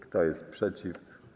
Kto jest przeciw?